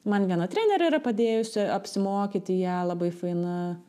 man viena trenerė yra padėjusi apsimokyti ja labai faina